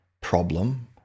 problem